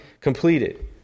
completed